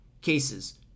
cases